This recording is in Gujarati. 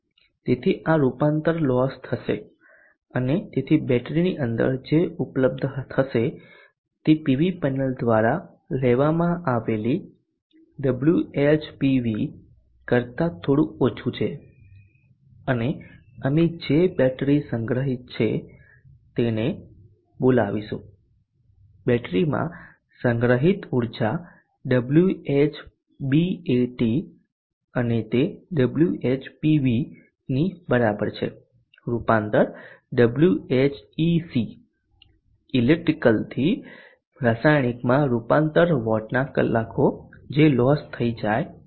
તેથી આ રૂપાંતર લોસ થશે અને તેથી બેટરીની અંદર જે ઉપલબ્ધ થશે તે પીવી પેનલ દ્વારા લેવામાં આવેલી WhPV કરતા થોડું ઓછું છે અને અમે જે બેટરી સંગ્રહિત છે તેને બોલાવીશું બેટરીમાં સંગ્રહિત ઉર્જા Whbat અને તે WhPV ની બરાબર છે રૂપાંતર Whec ઇલેક્ટ્રિકલથી રાસાયણિક માં રૂપાંતર વોટના કલાકો જે લોસ થઇ જાય છે